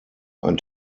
ein